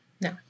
No